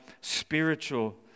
spiritual